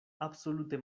absolute